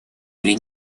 при